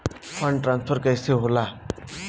Fund transfer कैसे होला?